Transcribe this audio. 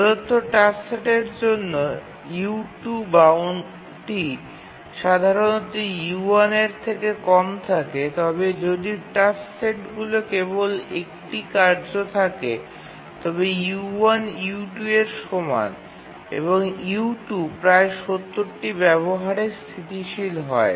প্রদত্ত টাস্কস সেটের জন্য u2 বাউন্ডটি সাধারণত e1 এর চেয়ে কম থাকে তবে যদি টাস্কস সেটগুলিতে কেবল ১ টি কার্য থাকে তবে u1 u2 এর সমান এবং u2 প্রায় ৭০ টির ব্যবহারের স্থিতিশীল হয়